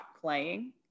playing